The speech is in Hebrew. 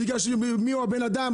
בגלל שמי הוא הבן אדם,